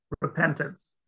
repentance